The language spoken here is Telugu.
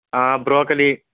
బ్రోకలీ